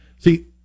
See